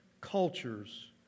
cultures